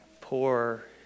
poor